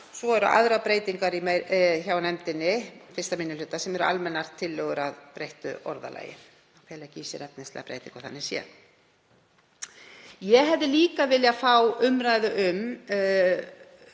Svo eru aðrar breytingar hjá nefndinni, 1. minni hluta, sem eru almennar tillögur að breyttu orðalagi og fela ekki í sér efnislegar breytingar þannig séð. Ég hefði líka viljað fá umræðu um